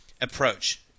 approach